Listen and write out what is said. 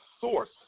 source